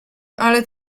ale